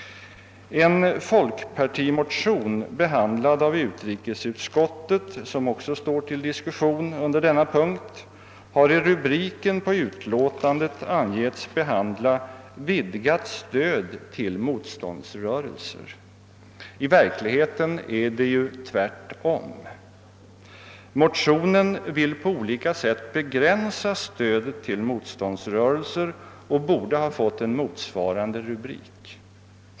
Ett : motionspar från folkpartiet — behandlat av utrikesutskottet — som också diskuteras i detta sammanhang har i rubriken på utlåtandet angetts behandla ett vidgat stöd till motståndsrörelser. 'I verkligheten är det tvärtom. Motionerna vill på olika sätt begränsa stödet till motståndsrörelser och borde ha fått en motsvarande rubrik.